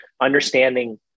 understanding